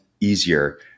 easier